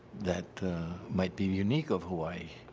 that might be unique of hawai'i.